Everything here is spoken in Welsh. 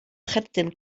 cherdyn